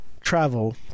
travel